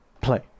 Play